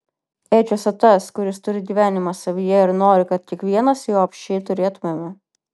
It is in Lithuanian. ėdžiose tas kuris turi gyvenimą savyje ir nori kad kiekvienas jo apsčiai turėtumėme